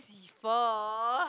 defer